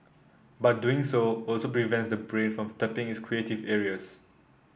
but doing so also prevents the brain from tapping its creative areas